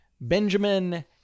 Benjamin